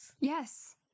Yes